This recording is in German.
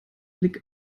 blick